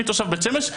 אני תושב בית שמש,